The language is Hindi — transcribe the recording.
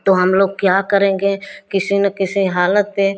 तो हम लोग क्या करेंगे किसी न किसी हालत पर